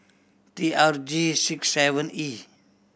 T R G six seven E